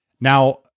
Now